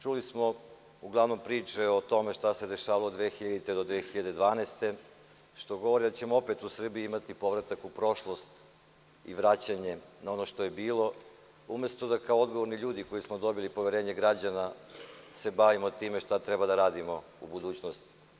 Čuli smo uglavnom priče o tome šta se dešavalo od 2000. do 2012. godine, što govori da ćemo opet u Srbiji imati povratak u prošlost i vraćanje na ono što je bilo, umesto da kao odgovorni ljudi, koji smo dobili poverenje građana, se bavimo timešta treba da radimo u budućnosti.